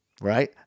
Right